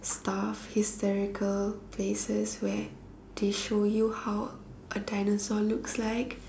stuff historical places where they show you how a dinosaur looks like